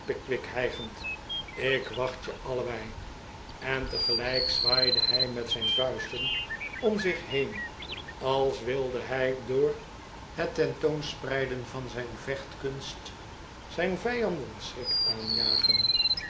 hijgend ik wacht je allebei en tegelijk zwaaide hij met zijn vuisten om zich he en als wilde hij door het ten toon spreiden van zijn vechtkunst zijn vijanden schrik aanjagen